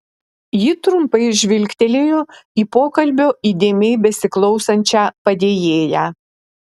ji trumpai žvilgtelėjo į pokalbio įdėmiai besiklausančią padėjėją